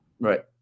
right